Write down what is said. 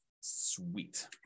Sweet